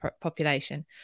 population